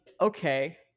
okay